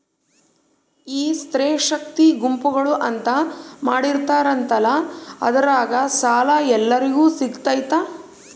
ಈ ಸ್ತ್ರೇ ಶಕ್ತಿ ಗುಂಪುಗಳು ಅಂತ ಮಾಡಿರ್ತಾರಂತಲ ಅದ್ರಾಗ ಸಾಲ ಎಲ್ಲರಿಗೂ ಸಿಗತೈತಾ?